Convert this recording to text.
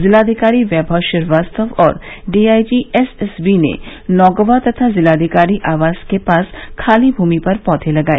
जिलाधिकारी वैभव श्रीवास्तव और DIG SSB ने नौगवा तथा जिलाधिकारी आवास के पास खाली भूमि पर पौधे लगाए